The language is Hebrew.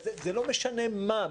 לא משנה מה,